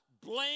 Blame